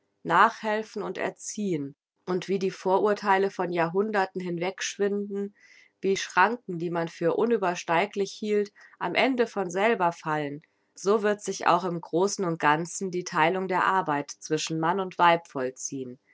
nachhelfen und erziehen und wie die vorurtheile von jahrhunderten hinwegschwinden wie schranken die man für unübersteiglich hielt am ende von selber fallen so wird sich auch im großen und ganzen die theilung der arbeit zwischen mann und weib vollziehen